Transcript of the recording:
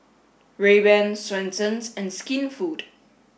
Rayban Swensens and Skinfood